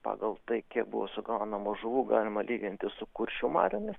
pagal tai kiek buvo sugaunama žuvų galima lygintis su kuršių mariomis